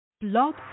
Blog